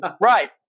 right